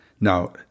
now